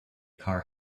car